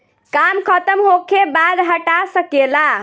काम खतम होखे बाद हटा सके ला